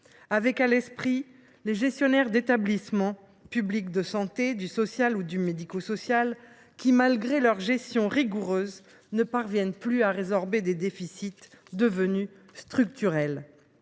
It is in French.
avons à l’esprit les gestionnaires d’établissements publics de santé, du secteur social ou médico social, qui, malgré leur travail rigoureux, ne parviennent plus à résorber des déficits devenus structurels.